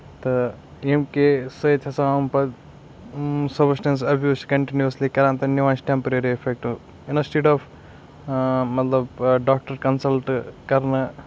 تہٕ ییٚمہِ کہِ سۭتۍ ہسا آو پَتہٕ سَبَسٹَیٚنٕس ایبوٗز چھِ کَنٹِنیوسلی کران تہٕ نِوان چھِ ٹیمپرٔری اِفیکٹ اِنسٹٔڈ آف مطلب ڈاکٹر کَنسَلٹ کرنہٕ